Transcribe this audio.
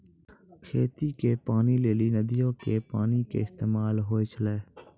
खेती के पानी लेली नदीयो के पानी के इस्तेमाल होय छलै